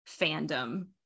fandom